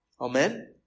Amen